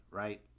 right